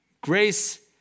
grace